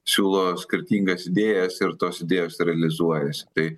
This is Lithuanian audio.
siūlo skirtingas idėjas ir tos idėjos realizuojasi tai